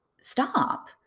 stop